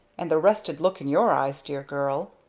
and the rested look in your eyes, dear girl!